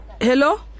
Hello